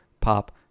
pop